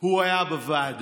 הוא היה בוועדה.